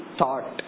thought